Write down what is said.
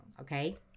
okay